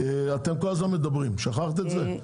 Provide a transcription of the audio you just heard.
אתם כל הזמן מדברים, שכחת את זה?